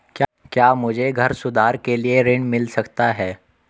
क्या मुझे घर सुधार के लिए ऋण मिल सकता है?